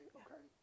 okay